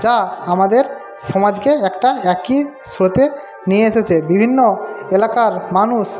যা আমাদের সমাজকে একটা একই স্রোতে নিয়ে এসেছে বিভিন্ন এলাকার মানুষ